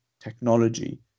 technology